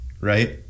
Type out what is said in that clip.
Right